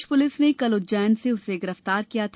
प्रदेश police ने कल उज्जैन से उसे गिरफ्तार किया था